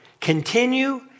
continue